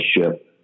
ship